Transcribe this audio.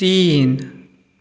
तीन